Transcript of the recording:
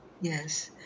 Yes